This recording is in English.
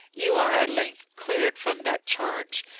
you are at length cleared from that charge.